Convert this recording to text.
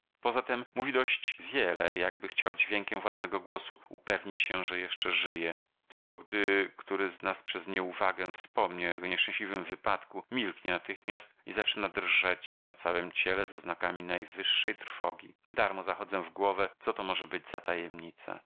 poza tem mówi dość wiele jakby chciał dźwiękiem własnego głosu upewnić się że jeszcze żyje tylko gdy który z nas przez nieuwagę wspomni o jego nieszczęśliwym wypadku milknie natychmiast i zaczyna drżeć na całem ciele z oznakami najwyższej trwogi darmo zachodzę w głowę co to może być za tajemnica